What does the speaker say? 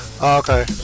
okay